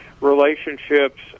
relationships